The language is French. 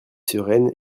sereine